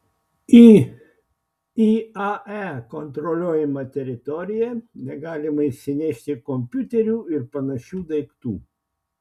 į iae kontroliuojamą teritoriją negalima įsinešti kompiuterių ir panašių daiktų